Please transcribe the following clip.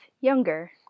Younger